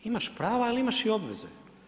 Imaš prava ali imaš i obveze.